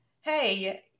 hey